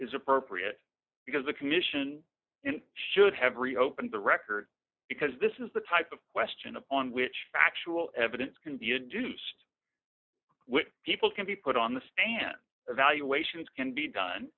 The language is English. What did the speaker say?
is appropriate because the commission and should have reopened the record because this is the type of question upon which factual evidence can be induced which people can be put on the stand evaluations can be done